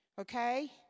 okay